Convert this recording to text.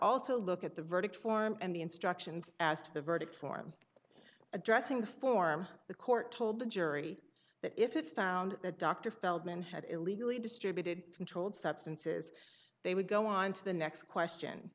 also look at the verdict form and the instructions as to the verdict form addressing the form the court told the jury that if it found that dr feldman had illegally distributed controlled substances they would go on to the next question